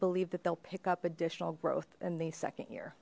believe that they'll pick up additional growth in the second year